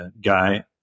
guy